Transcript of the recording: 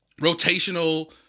rotational